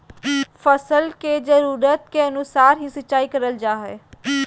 फसल के जरुरत के अनुसार ही सिंचाई करल जा हय